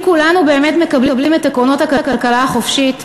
אם כולנו באמת מקבלים את עקרונות הכלכלה החופשית,